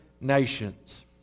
nations